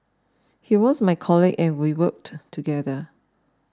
he was my colleague and we worked together